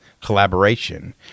collaboration